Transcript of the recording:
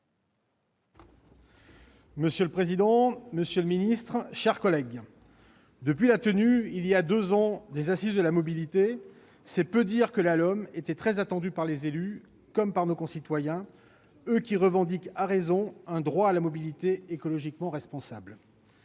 Monsieur le président, monsieur le secrétaire d'État, mes chers collègues, depuis la tenue, il y a deux ans, des Assises nationales de la mobilité, c'est peu de dire que la LOM était très attendue par les élus, mais aussi par nos concitoyens, eux qui revendiquent à raison un droit à la mobilité écologiquement responsable.